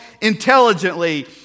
intelligently